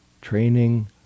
Training